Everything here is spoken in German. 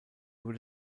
würde